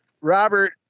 Robert